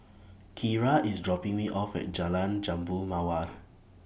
Kira IS dropping Me off At Jalan Jambu Mawar